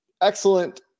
excellent